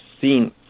seen